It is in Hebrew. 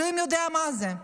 אלוהים יודע מה זה.